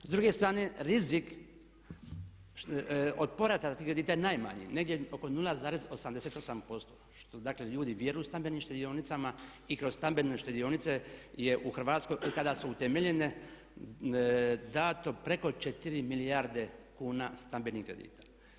S druge strane rizik od povrata tih kredita je najmanji, negdje oko 0,88% što dakle ljudi vjeruju stambenim štedionicama i kroz stambene štedionice je u Hrvatskoj otkada su utemeljene dato preko 4 milijarde kuna stambenih kredita.